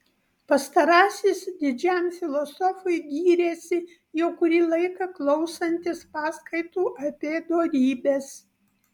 pastarasis didžiam filosofui gyrėsi jau kurį laiką klausantis paskaitų apie dorybes